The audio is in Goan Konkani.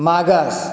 मागास